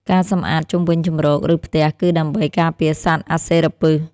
ការសម្អាតជុំវិញជម្រក ឬផ្ទះ គឺដើម្បីការពារសត្វអាសិរពិស។